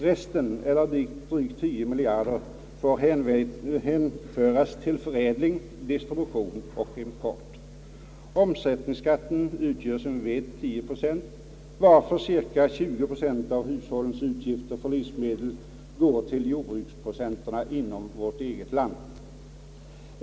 Resten, eller drygt 10 miljarder, får hänföras till förädling, distribution och import. Omsättningsskatten utgör som vi vet 10 procent, varför endast cirka 20 procent av hushållens utgifter för livsmedel går till jordbruksproducenterna inom vårt eget land.